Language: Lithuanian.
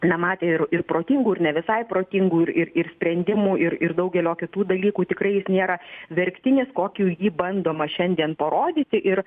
na matė ir ir protingų ir ne visai protingų ir ir ir sprendimų ir ir daugelio kitų dalykų tikrai jis nėra verktinis kokiu jį bandoma šiandien parodyti ir